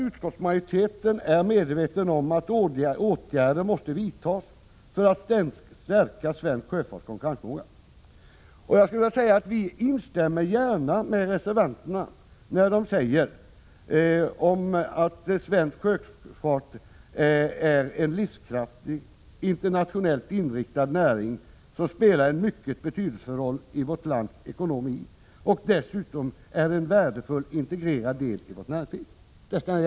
Utskottsmajoriteten är medveten om att åtgärder måste vidtas för att stärka svensk sjöfarts konkurrensförmåga. Vi instämmer gärna med reservanterna när de säger att ”svensk sjöfart är en livskraftig, internationellt inriktad näring som spelar en mycket betydelsefull roll i vårt lands ekonomi och dessutom en värdefull, integrerad del i vårt näringsliv”.